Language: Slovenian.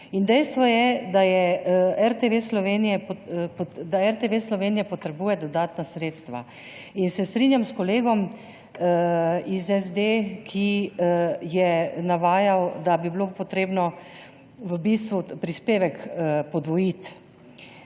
dejstvo je, da RTV Slovenija potrebuje dodatna sredstva. In se strinjam s kolegom iz SD, ki je navajal, da bi bilo potrebno v bistvu prispevek podvojiti